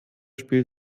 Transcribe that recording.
beispiel